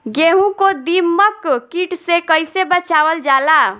गेहूँ को दिमक किट से कइसे बचावल जाला?